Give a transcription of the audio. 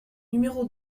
numéro